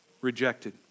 rejected